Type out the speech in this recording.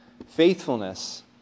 Faithfulness